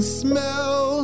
smell